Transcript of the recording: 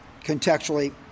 contextually